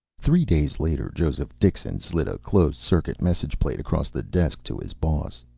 three days later joseph dixon slid a closed-circuit message plate across the desk to his boss.